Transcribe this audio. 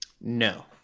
No